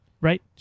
Right